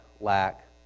lack